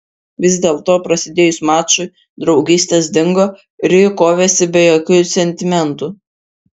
vis dėlto prasidėjus mačui draugystės dingo ir ji kovėsi be jokių sentimentų